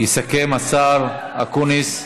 יסכם, השר אקוניס.